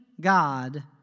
God